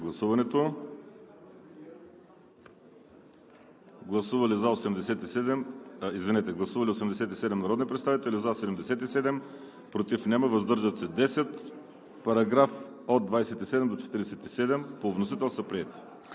Гласували 87 народни представители: за 77, против няма, въздържали се 10. Параграфи от 27 до 47 по вносител са приети.